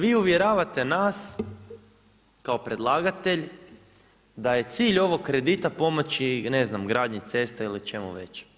Vi uvjeravate nas kao predlagatelj da je cilj ovog kredita pomoći ne znam u gradnji ceste ili čemu već.